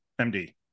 MD